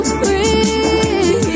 free